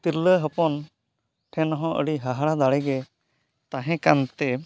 ᱛᱤᱨᱞᱟᱹ ᱦᱚᱯᱚᱱ ᱴᱷᱮᱱ ᱦᱚᱸ ᱟᱹᱰᱤ ᱦᱟᱦᱟᱲᱟᱜ ᱫᱟᱲᱮ ᱜᱮ ᱛᱟᱦᱮᱸ ᱠᱟᱱ ᱛᱮ